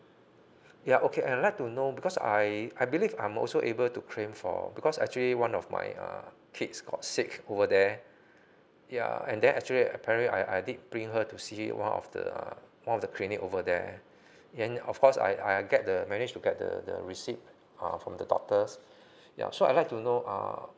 ya okay I like to know because I I believe I'm also able to claim for because actually one of my uh kids got sick over there ya and they're actually apparently I I did bring her to see one of the one of the clinic over there then of course I I get the manage to get the the receipt from the doctors ya so I like to know err